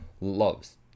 loves